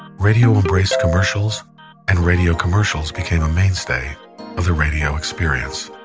radio embraced commercials and radio commercials became a mainstay of the radio experience